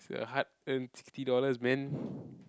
is a hard earned sixty dollars man